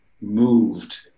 moved